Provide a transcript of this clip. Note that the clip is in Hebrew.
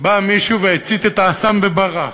בא מישהו והצית את האסם וברח,